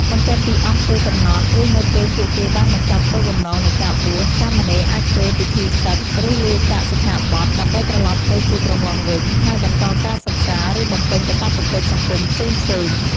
បន្ទាប់ពីអស់ពេលកំណត់ ឬនៅពេលពួកគេបានបញ្ចប់គោលបំណងនៃការបួស សាមណេរអាចធ្វើពិធីសឹក ឬលាចាកសិក្ខាបទ ដើម្បីត្រឡប់ទៅជាគ្រហស្ថវិញ ហើយបន្តការសិក្សា ឬបំពេញកាតព្វកិច្ចសង្គមផ្សេងៗ។